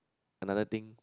another thing